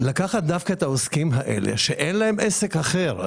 לקחת דווקא את העוסקים האלה, שאין להם הכנסה אחרת.